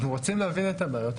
אנחנו רוצים להבין את הבעיות.